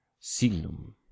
Signum